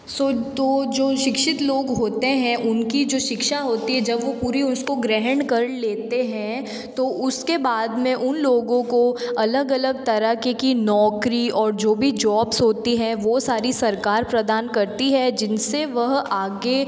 सो तो जो शिक्षित लोग होते हैं उनकी जो शिक्षा होती है जब वे पूरी उसको ग्रहण कर लेते हैं तो उसके बाद में उन लोगों को अलग अलग तरह के की नौकरी और जो भी जॉब्स होती हैं वे सारी सरकार प्रदान करती है जिनसे वह आगे